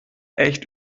echt